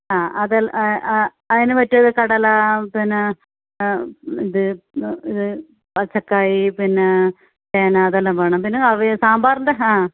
ആ അതെല്ലാം അതിന് പറ്റിയ കടല പിന്നെ ഇത് ഇത് പച്ചക്കായ് പിന്നെ ചേന അതെല്ലാം വേണം പിന്നെ അവിയൽ സാമ്പാറിൻ്റെ ആ